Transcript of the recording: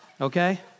Okay